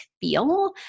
feel